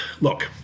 look